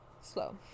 slow